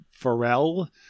pharrell